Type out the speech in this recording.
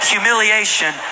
Humiliation